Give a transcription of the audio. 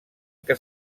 que